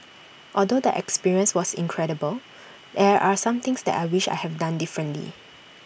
although the experience was incredible there are some things that I wish I have done differently